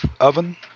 oven